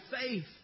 faith